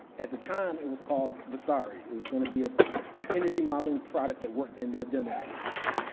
at the time, it was called vasari. it was going to be ah an energy modeling product that worked in their bim application.